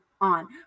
on